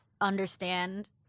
understand